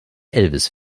elvis